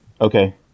Okay